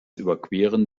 überqueren